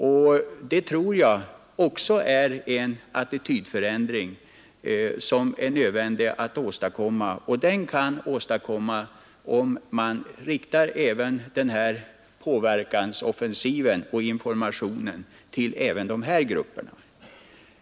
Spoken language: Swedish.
Där är det nödvändigt att åstadkomma en attitydförändring, och den kan åstadkommas om man riktar denna påverkansoffensiv även till dessa grupper.